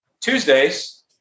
Tuesdays